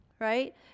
Right